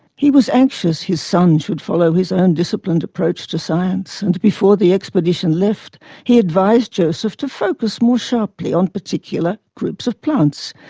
he was anxious his son should follow his own disciplined approach to science. and before the expedition left he advised joseph to focus more sharply on particular groups of plants,